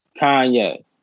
Kanye